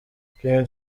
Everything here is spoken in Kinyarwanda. king